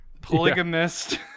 polygamist